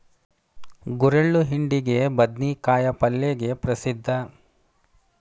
ಗುರೆಳ್ಳು ಹಿಂಡಿಗೆ, ಬದ್ನಿಕಾಯ ಪಲ್ಲೆಗೆ ಪ್ರಸಿದ್ಧ